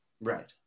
right